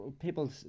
people